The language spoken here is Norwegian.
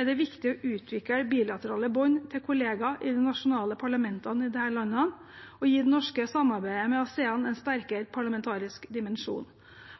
er det viktig å utvikle bilaterale bånd til kollegaer i de nasjonale parlamentene i disse landene og gi det norske samarbeidet med ASEAN en sterkere parlamentarisk dimensjon.